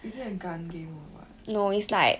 is it a gun game or what